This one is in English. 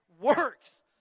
works